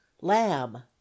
lamb